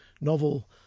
novel